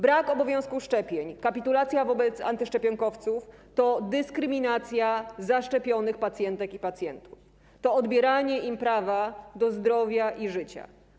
Brak obowiązku szczepień, kapitulacja wobec antyszczepionkowców to dyskryminacja zaszczepionych pacjentek i pacjentów, to odbieranie im prawa do zdrowia i życia.